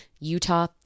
Utah